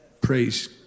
Praise